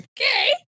okay